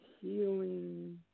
Healing